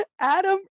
Adam